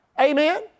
Amen